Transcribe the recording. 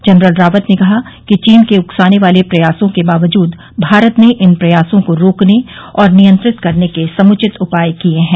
general Rawat ने कहा कि चीन के उकसाने वाले प्रयासो के बावजूद भारत ने इन प्रयासों को रोकने और नियंत्रित करने के समूचित उपाय किए हैं